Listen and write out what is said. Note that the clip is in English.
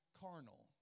carnal